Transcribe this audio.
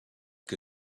que